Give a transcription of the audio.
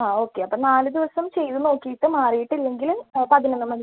ആ ഓക്കെ അപ്പം നാല് ദിവസം ചെയ്ത് നോക്കിയിട്ട് മാറിയിട്ടില്ലെങ്കിൽ പതിനൊന്ന് മണി